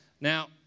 Now